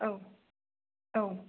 औ औ